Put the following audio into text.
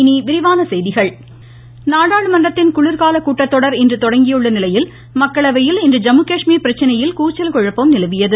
இனிடவிரிவானடசெய்கிகள் கட்டத்தொடர் நாடாளுமன்றத்தின் குளிர்கால கூட்டத்தொடர் இன்று தொடங்கியநிலையில் மக்களவையில் இன்று ஜம்முகாஷ்மீர் பிரச்சனையில் கூச்சல் குழப்பம் நிலவியது